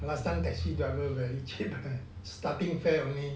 taxi driver very cheap starting fare only